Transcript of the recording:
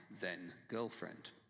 then-girlfriend